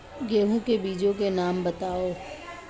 गेहूँ के बीजों के नाम बताओ?